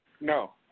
No